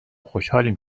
خوشحالیم